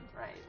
Right